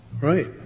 Right